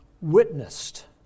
Witnessed